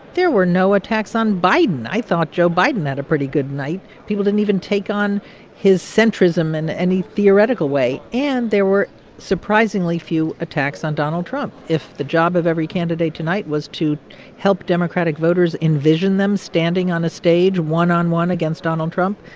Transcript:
there were no attacks on biden. i thought joe biden had a pretty good night. people didn't even take on his centrism in any theoretical way. and there were surprisingly few attacks on donald trump. if the job of every candidate tonight was to help democratic voters envision them standing on a stage one on one against donald trump,